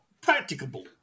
practicable